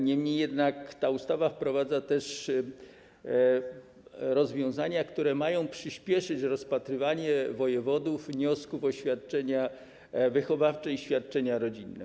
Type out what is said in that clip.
Niemniej jednak ta ustawa wprowadza też rozwiązania, które mają przyspieszyć rozpatrywanie przez wojewodów wniosków o świadczenia wychowawcze i świadczenia rodzinne.